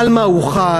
על מה הוא חל,